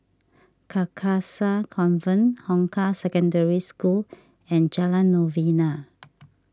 Carcasa Convent Hong Kah Secondary School and Jalan Novena